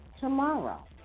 tomorrow